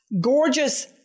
gorgeous